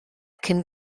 cyn